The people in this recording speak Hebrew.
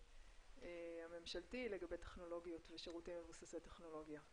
הממשלתי לגבי טכנולוגיות ושירותים מבוססי טכנולוגיה.